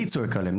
אני צועק עליהם.